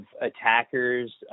attackers